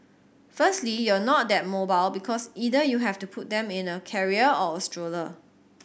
firstly you're not that mobile because either you have to put them in a carrier or a stroller